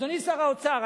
אדוני שר האוצר,